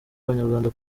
abanyarwanda